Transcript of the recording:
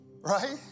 right